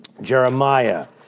Jeremiah